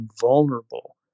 vulnerable